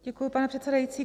Děkuji, pane předsedající.